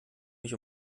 mich